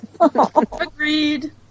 Agreed